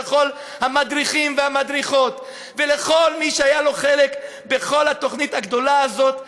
לכל המדריכים והמדריכות ולכל מי שהיה לו חלק בכל התוכנית הגדולה הזאת,